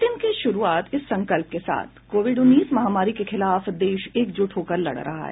bulletin की शुरूआत इस संकल्प के साथ कोविड उन्नीस महामारी के खिलाफ देश एकजुट होकर लड़ रहा है